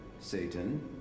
Satan